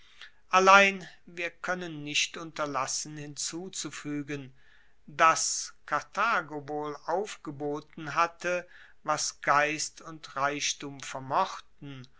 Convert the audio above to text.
allein wir koennen nicht unterlassen hinzuzufuegen dass karthago wohl aufgeboten hatte was geist und reichtum vermochten